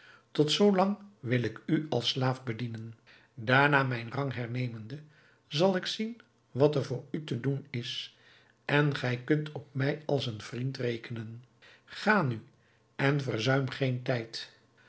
tot zoo lang wil ik u als slaaf bedienen daarna mijn rang hernemende zal ik zien wat er voor u te doen is en gij kunt op mij als een vriend rekenen ga nu en verzuim geen tijd